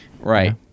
Right